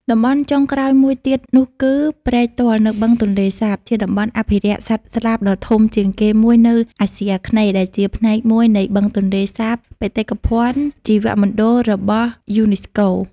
តំបន់់ចុងក្រោយមួយទៀតនោះគឺ ព្រែកទាល់នៅបឹងទន្លេសាបជាតំបន់អភិរក្សសត្វស្លាបដ៏ធំជាងគេមួយនៅអាស៊ីអាគ្នេយ៍ ដែលជាផ្នែកមួយនៃបឹងទន្លេសាបបេតិកភណ្ឌជីវមណ្ឌលរបស់ UNESCO។